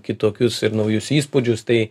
kitokius ir naujus įspūdžius tai